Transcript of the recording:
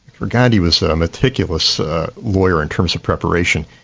for gandhi was a meticulous lawyer in terms of preparation,